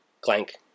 clank